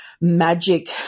magic